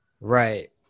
Right